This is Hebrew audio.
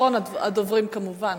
אחרון הדוברים, כמובן.